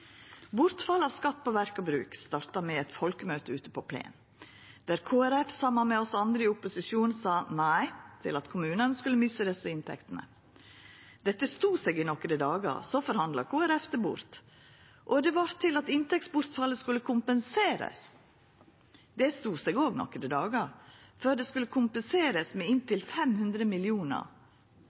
Bortfall av skatt på verk og bruk starta med eit folkemøte ute på plenen, der Kristeleg Folkeparti saman med oss andre i opposisjonen sa nei til at kommunane skulle missa desse inntektene. Dette stod seg i nokre dagar. Så forhandla Kristeleg Folkeparti det bort, og det vart til at inntektsbortfallet skulle kompenserast. Det stod seg òg nokre dagar, før det skulle kompenserast med inntil 500